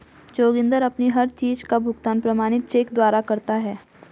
जोगिंदर अपनी हर चीज का भुगतान प्रमाणित चेक द्वारा करता है